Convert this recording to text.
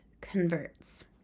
converts